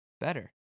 better